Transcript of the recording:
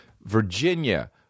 Virginia